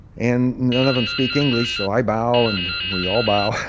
and none of them speak english, so i bow, and we all bow.